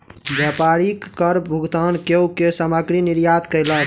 व्यापारी कर भुगतान कअ के सामग्री निर्यात कयलक